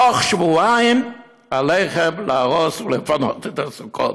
תוך שבועיים עליכם להרוס ולפנות את הסוכות,